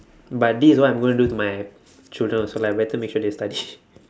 but this is what I'm going do to my children also lah better make sure they study